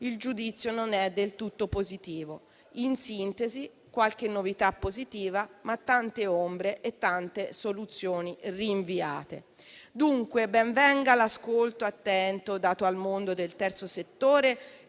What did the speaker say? il giudizio non è del tutto positivo: in sintesi, qualche novità positiva, ma tante ombre e tante soluzioni rinviate. Ben venga, dunque, l'ascolto attento dato al mondo del terzo settore,